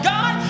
God